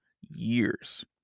years